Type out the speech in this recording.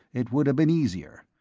it would have been easier.